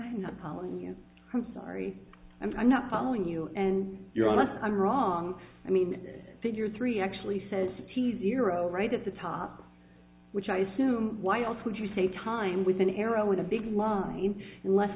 i'm not calling you i'm sorry i'm not following you and you're on i'm wrong i mean figure three actually says he's erode right at the top which i assume why else would you say time with an arrow in a big line less